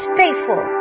faithful